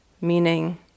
meaning